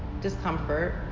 discomfort